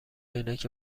عینک